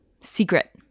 secret